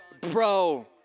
bro